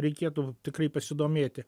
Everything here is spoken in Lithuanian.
reikėtų tikrai pasidomėti